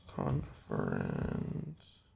Conference